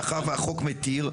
מאחר והחוק מתיר,